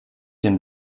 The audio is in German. den